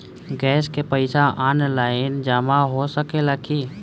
Gas के पइसा online जमा हो सकेला की?